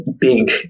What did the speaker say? big